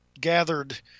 gathered